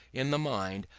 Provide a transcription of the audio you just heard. in the mind,